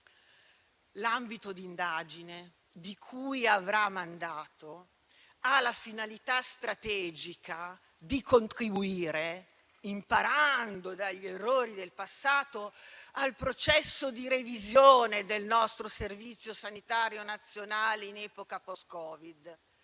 l'ambito di indagine di cui avrà mandato ha la finalità strategica di contribuire, imparando dagli errori del passato, al processo di revisione del nostro Servizio sanitario nazionale in epoca post-Covid,